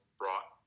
brought